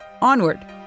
Onward